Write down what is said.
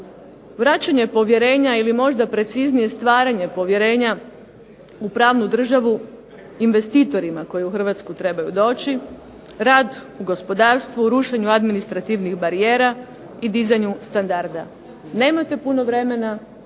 Vraćanje povjerenja ili možda preciznije, stvaranje povjerenja u pravnu državu investitorima koji u Hrvatsku trebaju doći, rad u gospodarstvu, u rušenju administrativnih barijera i dizanju standarda. Nemate puno vremena,